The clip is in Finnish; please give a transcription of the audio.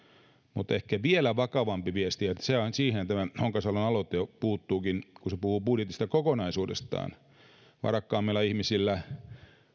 ehkä vielä vakavampi viesti ja siihen tämä honkasalon aloite puuttuukin kun se puhuu budjetista kokonaisuudessaan varakkaammilla ihmisillä